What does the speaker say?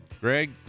Greg